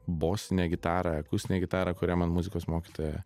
bosinę gitarą akustinę gitarą kurią man muzikos mokytoja